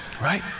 right